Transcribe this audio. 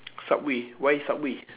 subway why subway